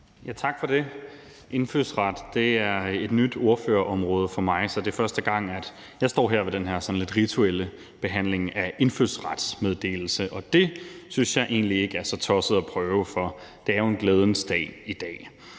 Tak for det. Indfødsret er et nyt ordførerområde for mig, så det er første gang, jeg står her ved den her lidt rituelle behandling af indfødsrets meddelelse, og det synes jeg egentlig ikke er så tosset at prøve, for det er jo en glædens dag i dag.